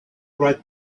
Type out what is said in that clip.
write